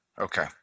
okay